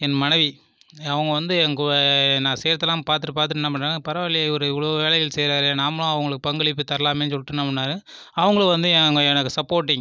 என் மனைவி அவங்க வந்து என் கூ நான் செய்கிறதலா பார்த்துட்டு பார்த்துட்டு என்ன பண்ணுறாங்க பரவாலேயே இவரு இவ்வளோ வேலைகள் செய்கிறாரே நாம்மளும் அவங்களுக்கு பங்காளிப்பு தரலாமேனு சொல்லிகிட்டு என்ன பண்ணாங்கள் அவங்களும் வந்து எனக்கு சப்போர்ட்டின்